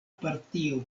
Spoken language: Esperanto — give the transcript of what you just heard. partio